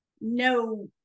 no